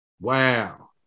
Wow